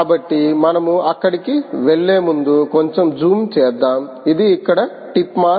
కాబట్టి మనము అక్కడికి వెళ్ళేముందు కొంచెం జూమ్ చేద్దాం ఇది ఇక్కడ టిప్ మాస్